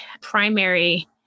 primary